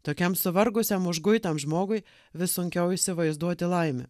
tokiam suvargusiam užguitam žmogui vis sunkiau įsivaizduoti laimę